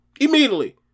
Immediately